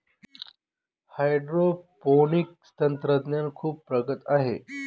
hydroponics तंत्रज्ञान खूप प्रगत आहे